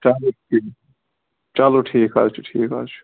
چلو ٹھیٖک چلو ٹھیٖک حظ ٹھیٖک حظ چھُ ٹھیٖک حظ چھُ